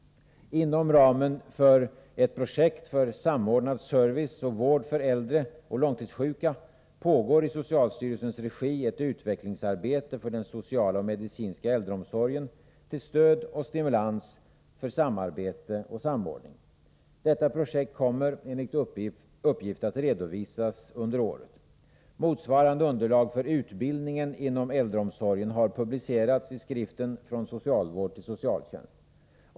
Inom ramen för ett projekt för samordnad service och vård för äldre och långtidssjuka pågår i socialstyrelsens regi ett utvecklingsarbete för den sociala och medicinska äldreomsorgen till stöd och stimulans för samarbete och samordning. Detta projekt kommer enligt uppgift att redovisas under året. Motsvarande underlag för utbildningen inom äldreomsorgen har publicerats i skriften Från socialvård till socialtjänst.